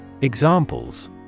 Examples